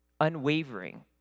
unwavering